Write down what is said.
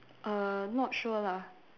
err not sure lah